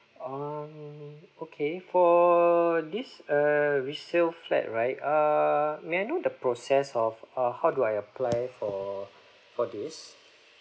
um okay for this err resale flat right err may I know the process of uh how do I apply for for this